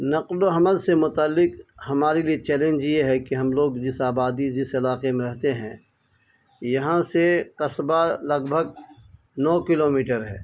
نقل و حمل سے متعلق ہمارے لیے چیلنج یہ ہے کہ ہم لوگ جس آبادی جس علاقے میں رہتے ہیں یہاں سے قصبہ لگ بھگ نو کلو میٹر ہے